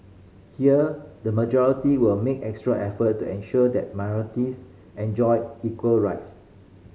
here the majority will make extra effort to ensure that minorities enjoy equal rights